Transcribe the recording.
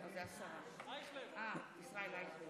ישראל אייכלר,